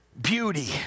beauty